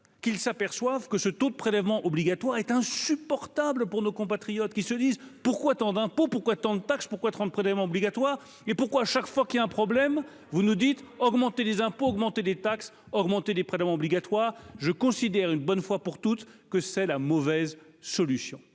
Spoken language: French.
qu'ils s'aperçoivent que ce taux de prélèvements obligatoires est insupportable pour nos compatriotes qui se disent : pourquoi tant d'impôts pourquoi tant de taxes pourquoi 30 prélèvements obligatoires et pourquoi chaque fois qu'il y a un problème, vous nous dites : augmenter les impôts, augmenter des taxes augmenter les prélèvements obligatoires, je considère une bonne fois pour toutes que c'est la mauvaise solution